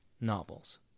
novels